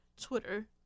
Twitter